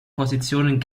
positionen